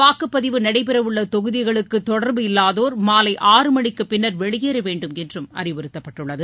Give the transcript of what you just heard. வாக்குப்பதிவு நடைபெறவுள்ள தொகுதிகளுக்கு தொடர்பு இல்வாதோர் மாலை ஆறு மணிக்கு பின்னர் வெளியேறவேண்டும் என்றும் அறிவுறுத்தப்பட்டுள்ளது